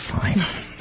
fine